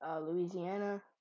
Louisiana